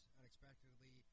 unexpectedly